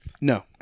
No